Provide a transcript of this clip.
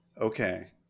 Okay